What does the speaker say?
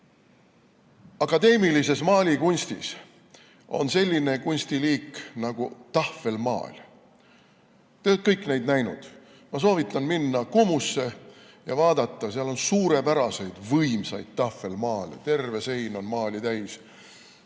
Akadeemilises maalikunstis on selline kunstiliik nagu tahvelmaal. Te olete kõik neid näinud. Ma soovitan minna Kumusse ja vaadata. Seal on suurepäraseid, võimsaid tahvelmaale, terve sein on maali täis,